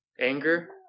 anger